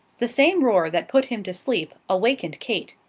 the same roar that put him to sleep, awakened kate.